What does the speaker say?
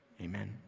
Amen